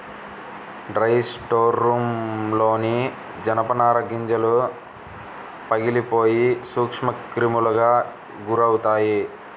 dry స్టోర్రూమ్లోని జనపనార గింజలు పగిలిపోయి సూక్ష్మక్రిములకు గురవుతాయి